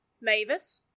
Mavis